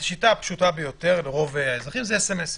השיטה הפשוטה ביותר לרוב האזרחים זה סמ"סים.